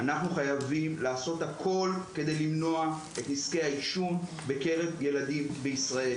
אנחנו חייבים לעשות הכל כדי למנוע את נזקי העישון בקרב ילדים בישראל.